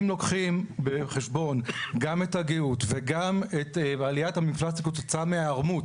אם לוקחים בחשבון גם את הגאות וגם את עליית המפרס שקוצצה מההיערמות,